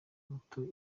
muto